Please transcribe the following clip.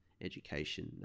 education